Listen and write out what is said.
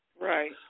Right